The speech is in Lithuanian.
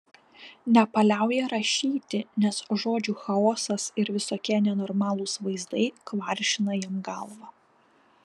nepaliauja rašyti nes žodžių chaosas ir visokie nenormalūs vaizdai kvaršina jam galvą